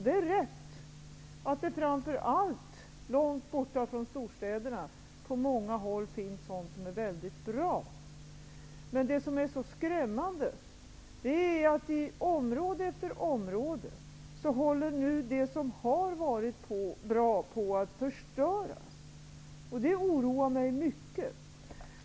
Det är rätt att det framför allt långt borta från storstäderna på många håll finns någonting om är väldigt bra. Det som är skrämmande är att det som har varit bra nu på område efter område håller på att förstöras. Det oroar mig mycket.